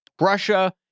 Russia